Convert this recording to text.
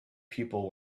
people